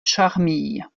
charmilles